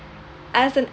as an